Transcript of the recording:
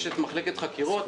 יש את מחלקת חקירות,